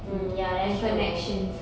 mm ya that's true